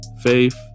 faith